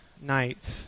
night